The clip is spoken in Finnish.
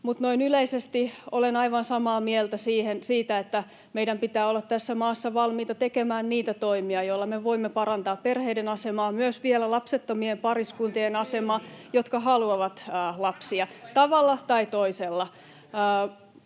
Mutta noin yleisesti olen aivan samaa mieltä siitä, että meidän pitää olla tässä maassa valmiita tekemään niitä toimia, [Annika Saarikko: Kyllä!] joilla me voimme parantaa perheiden asemaa, myös vielä lapsettomien pariskuntien asemaa, [Antti Kurvinen: Miksi te ette tee